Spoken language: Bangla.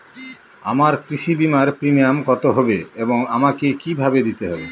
আমার কৃষি বিমার প্রিমিয়াম কত হবে এবং আমাকে কি ভাবে দিতে হবে?